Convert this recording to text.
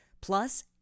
Plus